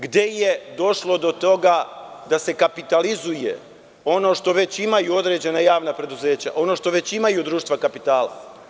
Gde je došlo do toga da se kapitaluzuje ono što već imaju određena javna preduzeća, ono što već imaju društva kapitala?